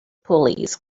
pulleys